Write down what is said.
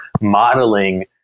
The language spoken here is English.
modeling